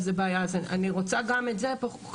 אז אני רוצה גם את זה להתייחס,